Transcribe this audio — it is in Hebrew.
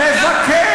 מרגלים.